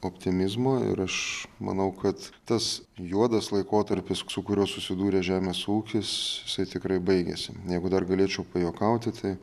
optimizmo ir aš manau kad tas juodas laikotarpis su kuriuo susidūrė žemės ūkis jisai tikrai baigėsi jeigu dar galėčiau pajuokauti tai